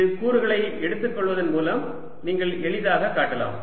இது கூறுகளை எடுத்துக்கொள்வதன் மூலம் நீங்கள் எளிதாகக் காட்டலாம்